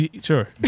Sure